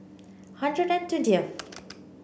hundred and twentieth